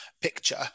picture